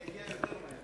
אני אגיע יותר מהר.